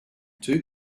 two